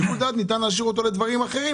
ניתן להשאיר שיקול דעת לדברים אחרים,